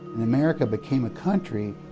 america became a country,